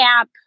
app